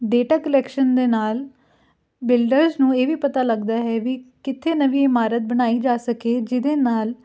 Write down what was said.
data collection ਦੇ ਨਾਲ builders ਨੂੰ ਇਹ ਵੀ ਪਤਾ ਲੱਗਦਾ ਹੈ ਵੀ ਕਿੱਥੇ ਨਵੀਂ ਇਮਾਰਤ ਬਣਾਈ ਜਾ ਸਕੇ ਜਿਹਦੇ ਨਾਲ